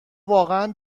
واقعا